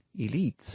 elites